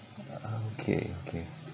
(uh huh) okay okay